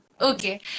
Okay